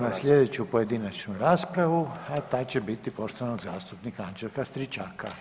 Idemo na slijedeću pojedinačnu raspravu, a ta će biti poštovanog zastupnika Anđelka Stričaka.